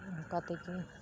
ᱚᱝᱠᱟ ᱛᱮᱜᱮ